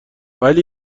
ولی